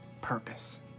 purpose